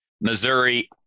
Missouri